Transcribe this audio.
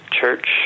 church